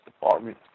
Department